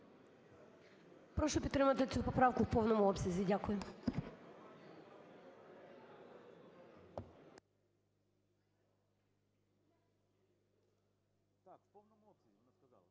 прошу підтримати цю поправку в повному обсязі.